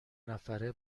نفره